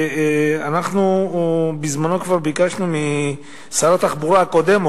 אנחנו בזמנו כבר ביקשנו, עוד משר התחבורה הקודם,